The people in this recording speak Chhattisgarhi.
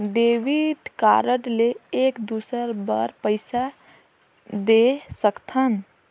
डेबिट कारड ले एक दुसर बार पइसा दे सकथन?